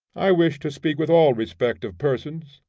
i wish to speak with all respect of persons,